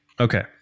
Okay